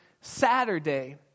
Saturday